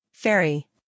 Fairy